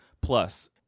Plus